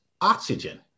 Oxygen